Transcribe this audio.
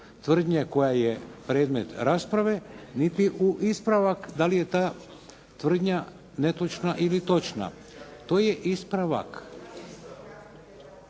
tvrdnje koja je predmet rasprava niti u ispravak da li je ta tvrdnja netočna ili točna. To je ispravak.